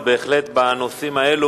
ובהחלט בנושאים האלה